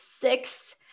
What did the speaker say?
six